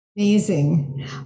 Amazing